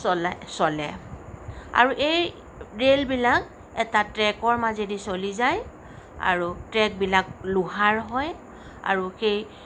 চলে চলে আৰু এই ৰেলবিলাক এটা ট্ৰেকৰ মাজেদি চলি যায় আৰু ট্ৰেকবিলাক লোহাৰ হয় আৰু সেই